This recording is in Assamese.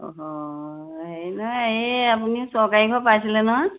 অঁ হেৰি নহয় এই আপুনি চৰকাৰী ঘৰ পাইছিলে নহয়